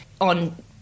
on